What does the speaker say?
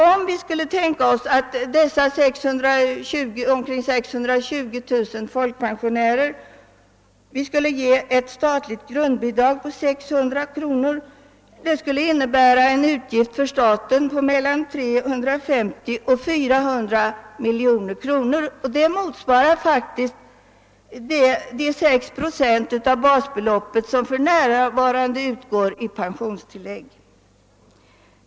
Om vi tänker oss att vi ger dessa ungefär 620 000 folkpensionärer ett statligt grundbidrag på 600 kronor skulle det innebära en utgift för staten på 350—400 miljoner kronor, vilket faktiskt motsvarar de 6 procent av basbeloppet som för närvarande utgår i pensionstillägg.